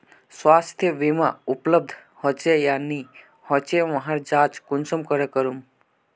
स्वास्थ्य बीमा उपलब्ध होचे या नी होचे वहार जाँच कुंसम करे करूम?